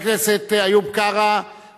חבר הכנסת איוב קרא,